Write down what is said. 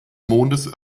mondes